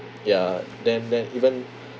ya then then even